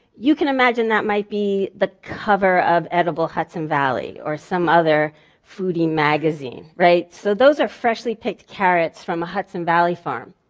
you can imagine that might be the cover of edible hudson valley or some other foodie magazine, right? so those are freshly picked carrots from a hudson valley farm.